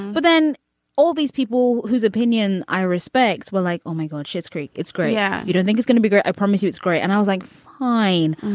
but then all these people whose opinion i respect were like oh my god shit's creek it's great. yeah you don't think it's gonna be great. i promise you it's great and i was like fine.